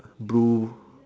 blue